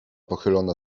pochylona